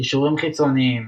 קישורים חיצוניים